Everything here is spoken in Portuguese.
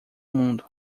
mundo